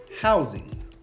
housing